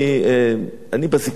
בזיכרון העמום שלי,